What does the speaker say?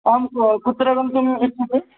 आं कुत्र गन्तुम् इच्छसि